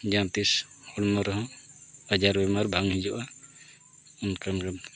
ᱡᱟᱦᱟᱸ ᱛᱤᱥ ᱦᱚᱲᱢᱚ ᱨᱮᱦᱚᱸ ᱟᱡᱟᱨ ᱵᱤᱢᱟᱨ ᱵᱟᱝ ᱦᱤᱡᱩᱜᱼᱟ ᱚᱱᱠᱟᱱ ᱠᱟᱛᱷᱟ